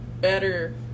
better